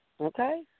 Okay